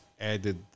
added